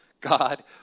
God